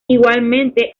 igualmente